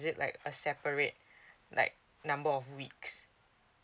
it like a separate like number of weeks